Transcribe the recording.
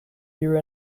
year